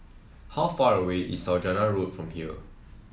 how far away is Saujana Road from here